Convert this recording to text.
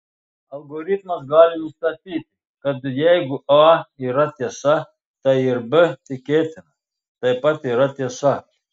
algoritmas gali nustatyti kad jeigu a yra tiesa tai ir b tikėtina taip pat yra tiesa